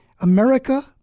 America